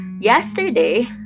yesterday